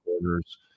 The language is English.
orders